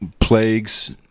plagues